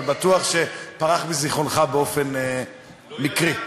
אבל בטוח שפרח מזיכרונך באופן מקרי.